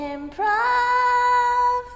Improv